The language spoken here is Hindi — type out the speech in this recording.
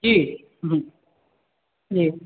जी जी